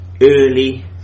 Early